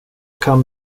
kan